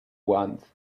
want